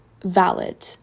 valid